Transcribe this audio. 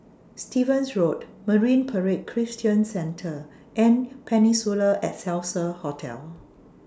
Stevens Road Marine Parade Christian Centre and Peninsula Excelsior Hotel